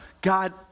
God